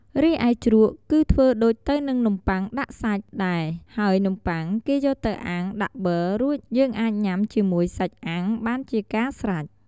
រីឯជ្រក់គឺធ្វើដូចទៅនឹងនំបុ័ងដាក់សាច់ដែរហើយនំបុ័ងគេយកទៅអាំងដាក់ប័ររួចយើងអាចញុាំជាមួយសាច់អាំងបានជាការស្រេច។